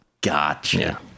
Gotcha